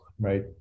right